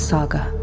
Saga